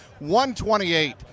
128